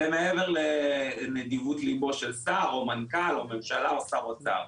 זה מעבר לנדיבות לבו של שר או מנכ"ל או ממשלה או שר אוצר.